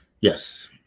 yes